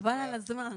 חבל על הזמן.